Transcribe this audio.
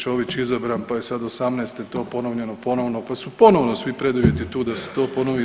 Čović izabran pa je sad '18. to ponovljeno ponovno, pa su ponovno svi preduvjeti tu da se to ponovi '22.